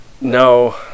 no